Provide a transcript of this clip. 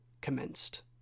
commenced